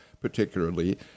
particularly